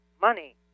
money